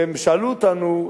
התלמידים שאלו אותנו: